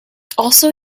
also